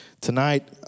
Tonight